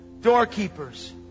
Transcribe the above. Doorkeepers